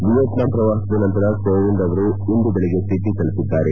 Vietnam ಪ್ರವಾಸದ ನಂತರ ಕೋವಿಂದ್ ಅವರು ಇಂದು ಬೆಳಗ್ಗೆ ಸಿಡ್ನಿ ತಲುಪಿದ್ದಾರೆ